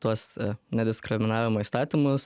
tuos nediskriminavimo įstatymus